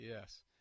yes